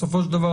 בסופו של דבר,